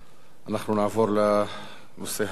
אנחנו נעבור לנושא הבא,